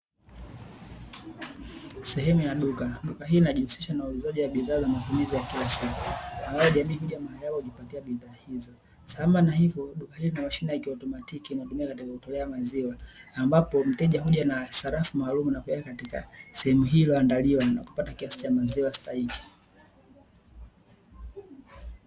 Sehemu ya duka. Duka hili linajihusisha na uuzaji wa bidhaa za matumizi ya kila siku, ambapo jamii huja na kujipatia bidhaa hizo. Sambamba na hivyo duka hili lina mashine ya kiautomatiki, inayotumika kutolea maziwa, ambapo mteja huja na sarafu maalumu na kuiweka katika sehemu hii iliyoandaliwa na kupata kiasi cha maziwa stahiki.